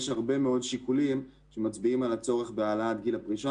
יש הרבה מאוד שיקולים שמצביעים על הצורך בהעלאת גיל הפרישה,